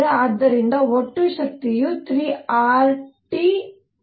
ಆದ್ದರಿಂದ ಒಟ್ಟು ಶಕ್ತಿಯು 3 R T ಆಗಿರುತ್ತದೆ